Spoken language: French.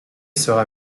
sera